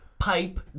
Pipe